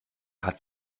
hat